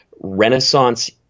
Renaissance